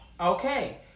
Okay